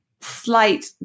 slight